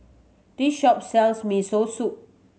this shop sells Miso Soup